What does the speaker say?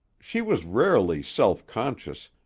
she was rarely self-conscious,